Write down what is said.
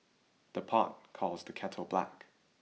the pot calls the kettle black